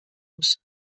muss